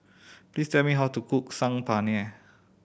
please tell me how to cook Saag Paneer